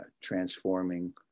transforming